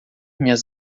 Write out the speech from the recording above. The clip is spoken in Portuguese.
minhas